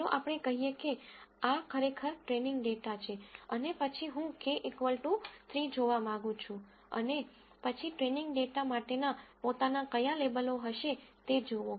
ચાલો આપણે કહીએ કે આ ખરેખર ટ્રેનીંગ ડેટા છે અને પછી હું k 3 જોવા માંગું છું અને પછી ટ્રેનીંગ ડેટા માટેના પોતાના કયા લેબલો હશે તે જુઓ